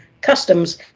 Customs